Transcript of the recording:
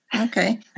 okay